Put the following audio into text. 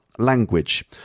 language